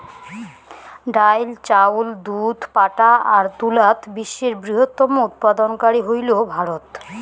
ডাইল, চাউল, দুধ, পাটা আর তুলাত বিশ্বের বৃহত্তম উৎপাদনকারী হইল ভারত